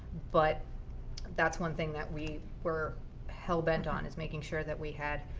but that's one thing that we were hell bent on, is making sure that we had